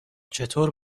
چطور